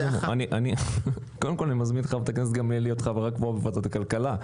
אני מזמין אותך להיכנס לכאן להיות חברת ועדת כלכלה.